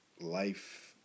life